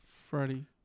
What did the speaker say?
Freddie